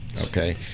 Okay